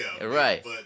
right